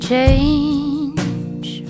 Change